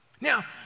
Now